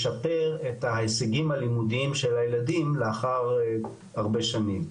משפר את ההישגים הלימודיים של הילדים לאחר הרבה שנים,